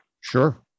Sure